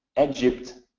egypt,